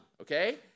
okay